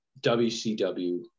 WCW